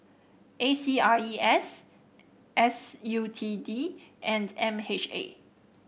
A C R E S S U T D and M H A